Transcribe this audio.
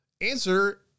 answer